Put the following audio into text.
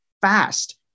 fast